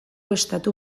estatu